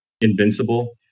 invincible